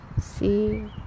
see